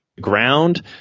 ground